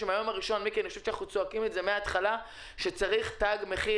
עוד מהיום הראשון אנחנו צועקים מן ההתחלה שצריך תג מחיר.